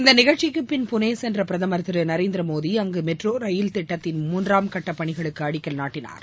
இந்த நிகழ்ச்சிக்குப் பின் புனே கென்ற பிரதமர் திரு நரேந்திரமோடி அங்கு மெட்ரோ ரயில் திட்டத்தின் மூன்றாம் கட்டப் பணிகளுக்கு அடிக்கல் நாட்டினார்